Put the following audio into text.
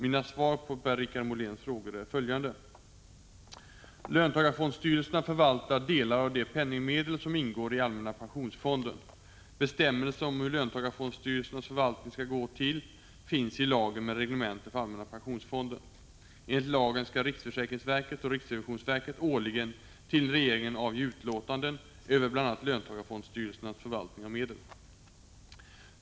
Mina svar på Per-Richard Moléns frågor är följande: Löntagarfondstyrelserna förvaltar delar av de penningmedel som ingår i allmänna pensionsfonden. Bestämmelser om hur löntagarfondstyrelsernas förvaltning skall gå till finns i lagen med reglemente för allmänna pensionsfonden. Enligt lagen skall riksförsäkringsverket och riksrevisionsverket årligen till regeringen avge utlåtanden över bl.a. löntagarfondstyrelsernas förvaltning av medel.